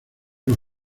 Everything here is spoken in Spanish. los